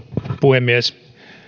puhemies